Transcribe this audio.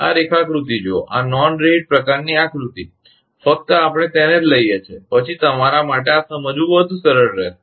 આ રેખાકૃતિ જુઓ આ નોન રીહિટ પ્રકારની આકૃતિ ફક્ત આપણે તેને જ લઈએ છીએ પછી તમારા માટે આ સમજવું વધુ સરળ રહેશે